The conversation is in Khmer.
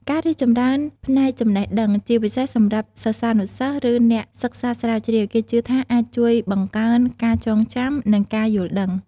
ការរីកចម្រើនផ្នែកចំណេះដឹង ជាពិសេសសម្រាប់សិស្សានុសិស្ស ឬអ្នកសិក្សាស្រាវជ្រាវ គេជឿថាអាចជួយបង្កើនការចងចាំ និងការយល់ដឹង។